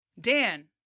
Dan